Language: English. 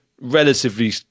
relatively